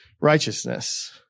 righteousness